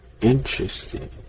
Interesting